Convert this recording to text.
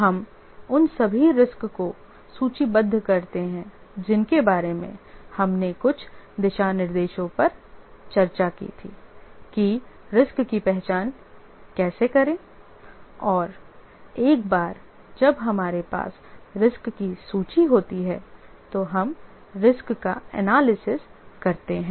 हम उन सभी रिस्क को सूचीबद्ध करते हैं जिनके बारे में हमने कुछ दिशानिर्देशों पर चर्चा की थी कि रिस्क की पहचान कैसे करें और एक बार जब हमारे पास रिस्क की सूची होती है तो हम रिस्क का एनालिसिस करते हैं